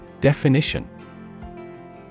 Definition